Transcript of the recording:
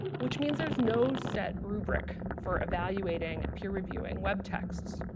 which means there's no set rubric for evaluating and peer reviewing web texts.